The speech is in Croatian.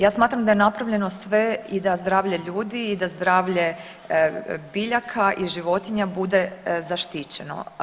Ja smatram da je napravljeno sve i da zdravlje ljudi i da zdravlje biljaka i životinja bude zaštićeno.